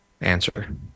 answer